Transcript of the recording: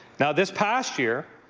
now, this past year,